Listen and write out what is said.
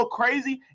crazy